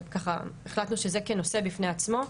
שהחלטנו שזה כנושא בפני עצמו,